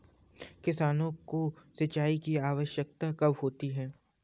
किसानों को सिंचाई की आवश्यकता कब होती है?